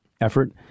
effort